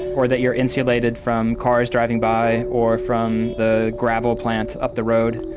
or that you're insulated from cars driving by or from the gravel plant up the road.